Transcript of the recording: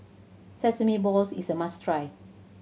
sesame balls is a must try